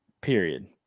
period